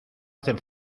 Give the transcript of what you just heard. hacen